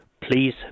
please